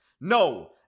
No